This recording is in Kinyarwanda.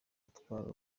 utwara